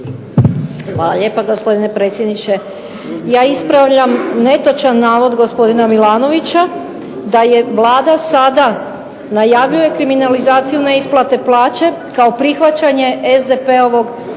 Hvala lijepa gospodine predsjedniče. Ja ispravljam netočan navod gospodina Milanovića da je Vlada sada najavljuje kriminalizaciju neisplate plaće, kao prihvaćanje SDP-ovog